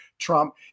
Trump